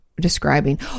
describing